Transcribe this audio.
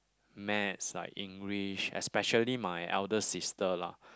maths like English especially my elder sister lah